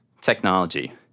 technology